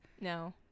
No